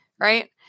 right